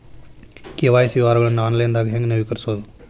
KYC ವಿವರಗಳನ್ನ ಆನ್ಲೈನ್ಯಾಗ ಹೆಂಗ ನವೇಕರಿಸೋದ